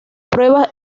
pruebas